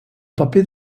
paper